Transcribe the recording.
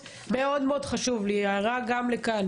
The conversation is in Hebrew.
זה בעיקר מתקני כליאה שנמצאים בצפון.